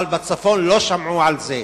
אבל בצפון לא שמעו על זה.